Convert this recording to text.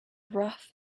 rough